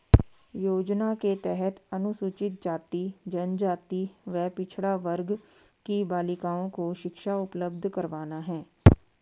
योजना के तहत अनुसूचित जाति, जनजाति व पिछड़ा वर्ग की बालिकाओं को शिक्षा उपलब्ध करवाना है